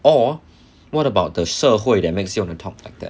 or what about the 社会 that makes you want to talk like that